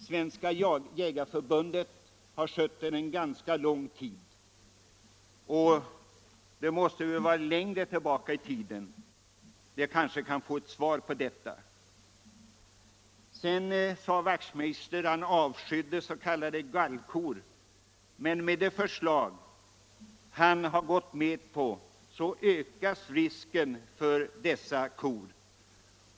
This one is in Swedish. Svenska jägareförbundet har skött den en ganska lång tid. Det måste vara längre tillbaka i tiden. Jag kanske kan få ett svar på detta. Herr Wachtmeister sade att han avskydde s.k. gallkor. Men med det förslag han gått med på ökas risken för sådana kor.